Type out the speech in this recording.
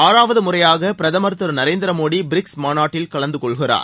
ஆறாவது முறையாக பிரதமர் திரு நரேந்திர மோடி பிரிக்ஸ் மாநாட்டில் கலந்துகொள்கிறார்